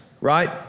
right